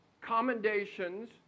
commendations